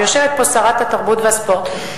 ויושבת פה שרת התרבות והספורט,